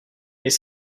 les